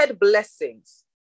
blessings